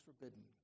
forbidden